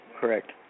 Correct